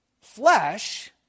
flesh